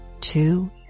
two